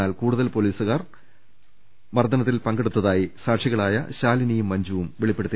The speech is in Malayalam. എന്നാൽ കൂടുതൽ പൊലീ സുകാർക്ക് മർദനത്തിൽ പങ്കുണ്ടെന്ന് സാക്ഷികളായ ശാലിനിയും മഞ്ജുവും വെളിപ്പെടുത്തി